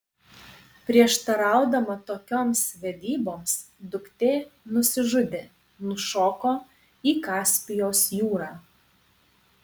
prieštaraudama tokioms vedyboms duktė nusižudė nušoko į kaspijos jūrą